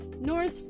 north